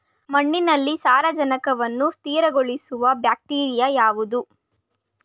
ಮಣ್ಣಿನಲ್ಲಿ ಸಾರಜನಕವನ್ನು ಸ್ಥಿರಗೊಳಿಸುವ ಬ್ಯಾಕ್ಟೀರಿಯಾ ಯಾವುದು?